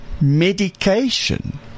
medication